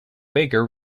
baker